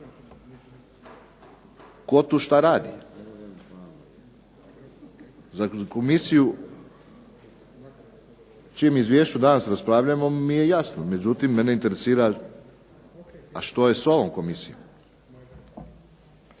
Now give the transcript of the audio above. tko tu šta radi. Za komisiju o čijem izvješću danas raspravljamo mi je jasno, međutim mene interesira a što je s ovom komisijom.